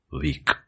weak